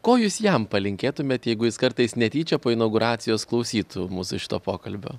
ko jūs jam palinkėtumėt jeigu jis kartais netyčia po inauguracijos klausytų mūsų šito pokalbio